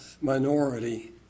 minority